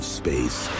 space